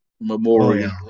Memorial